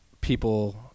people